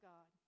God